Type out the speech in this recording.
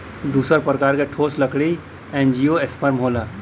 दूसर प्रकार ठोस लकड़ी एंजियोस्पर्म होला